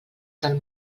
del